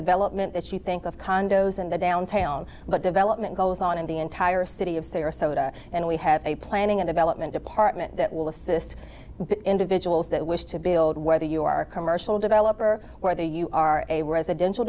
development that you think of condos in the downtown but development goes on in the entire city of sarasota and we have a planning and development department that will assist individuals that wish to build whether you are a commercial developer or they you are a residential